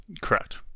correct